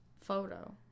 Photo